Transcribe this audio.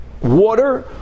water